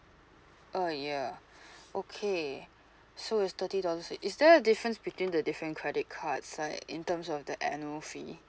uh ya okay so it's thirty dollars is there a difference between the different credit cards like in terms of the annual fee